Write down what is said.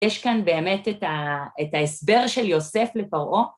יש כאן באמת את ה... את ההסבר של יוסף לפרעה.